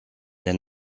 der